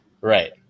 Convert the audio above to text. Right